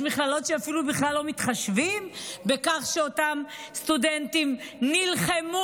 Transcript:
יש מכללות שאפילו בכלל לא מתחשבות בכך שאותם סטודנטים נלחמו,